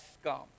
scum